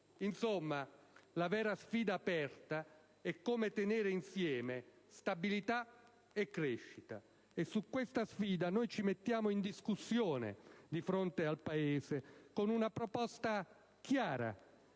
Insomma, la vera sfida aperta è come tenere insieme stabilità e crescita. E su questa sfida noi ci mettiamo in discussione di fronte al Paese con una proposta chiara,